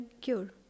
cure